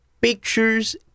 Pictures